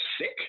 sick